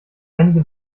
einige